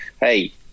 hey